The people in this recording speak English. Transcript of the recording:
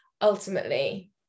ultimately